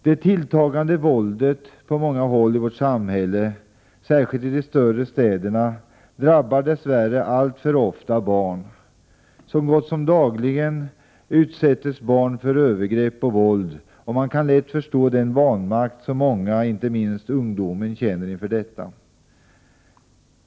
Det tilltagande våldet på många håll i vårt samhälle, särskilt i de större städerna, drabbar dess värre alltför ofta barn. Så gott som dagligen utsätts barn för övergrepp och våld, och man kan lätt förstå den vanmakt som många, inte minst ungdomar, känner inför detta.